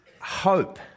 hope